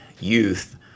youth